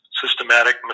systematic